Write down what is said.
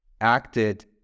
acted